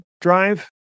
drive